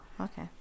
okay